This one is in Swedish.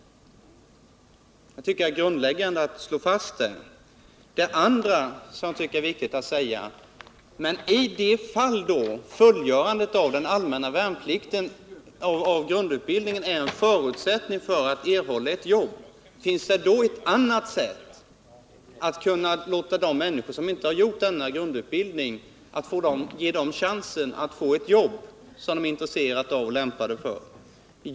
Jag tycker att det är grundläggande att slå fast detta. Finns det, i de fall då fullgörandet av grundutbildningen är en förutsättning för att erhålla ett jobb, ett annat sätt att ge de människor som inte fått denna grundutbildning chansen till ett jobb som de är intresserade av och lämpade för?